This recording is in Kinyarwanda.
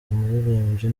muririmbyi